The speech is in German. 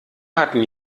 hatten